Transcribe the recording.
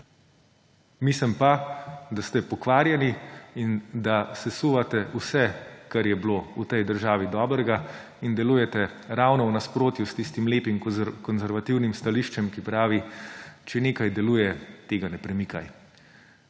mislim pa, da ste pokvarjeni in da sesuvate vse, kar je bilo v tej državi dobrega in delujete ravno v nasprotju s tistim lepim konservativnim stališčem, ki pravi, če nekaj deluje, tega ne premikaj.